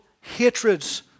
hatreds